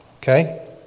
Okay